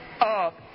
up